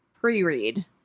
pre-read